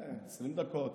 20 דקות,